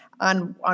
on